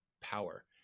power